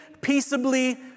peaceably